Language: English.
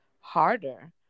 harder